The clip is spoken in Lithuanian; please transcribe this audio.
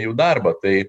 jų darbą tai